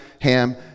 Ham